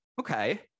okay